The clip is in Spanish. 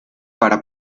para